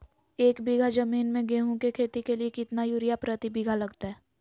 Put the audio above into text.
एक बिघा जमीन में गेहूं के खेती के लिए कितना यूरिया प्रति बीघा लगतय?